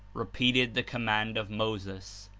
repeated the command of moses,